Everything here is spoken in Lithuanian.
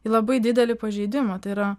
į labai didelį pažeidimą tai yra